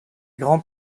grands